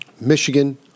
Michigan